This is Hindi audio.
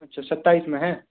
अच्छा सत्ताईस में है